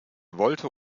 wollte